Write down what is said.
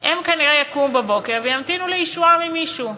הם כנראה יקומו בבוקר וימתינו לישועה ממישהו.